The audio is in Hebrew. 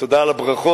תודה על הברכות.